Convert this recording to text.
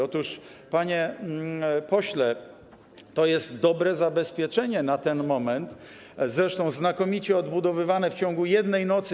Otóż, panie pośle, to jest dobre zabezpieczenie w tym momencie, zresztą znakomicie odbudowywane w ciągu jednej nocy.